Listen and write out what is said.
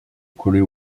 coller